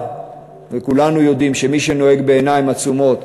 כולנו יודעים שמי שנוהג בעיניים עצומות,